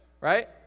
right